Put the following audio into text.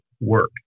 work